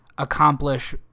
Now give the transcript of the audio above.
accomplish